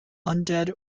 undead